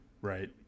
right